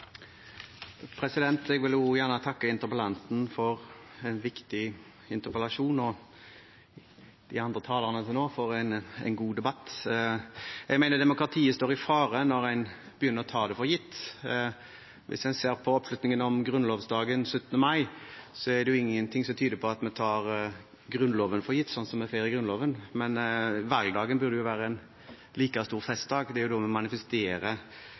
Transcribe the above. Jeg vil også gjerne takke interpellanten for en viktig interpellasjon – og de andre talerne til nå for en god debatt. Jeg mener at demokratiet står i fare når en begynner å ta det for gitt. Hvis en ser på oppslutningen om grunnlovsdagen, 17. mai, er det jo ingenting som tyder på at vi tar Grunnloven for gitt, slik som vi feirer Grunnloven. Men valgdagen burde være en like stor festdag, det er jo da vi manifesterer de